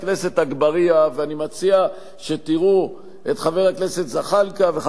ואני מציע שתראו את חבר הכנסת זחאלקה וחבר הכנסת ברכה,